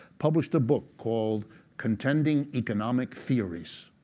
published a book called contending economic theories.